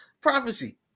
prophecy